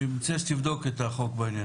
אני מציע שתבדוק את החוק בענין הזה.